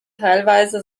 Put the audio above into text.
teilweise